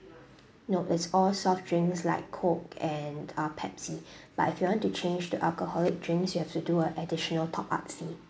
no it's all soft drinks like coke and uh pepsi but if you want to change to alcoholic drinks you have to do a additional top up fee